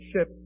ship